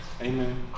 Amen